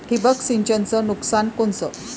ठिबक सिंचनचं नुकसान कोनचं?